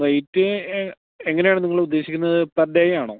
rate എങ്ങനെയാണ് നിങ്ങളുദ്ദേശിക്കുന്നത് per ഡേയാണോ